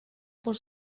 por